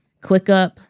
ClickUp